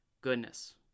goodness